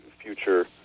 future